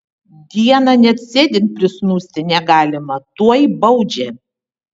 dieną net sėdint prisnūsti negalima tuoj baudžia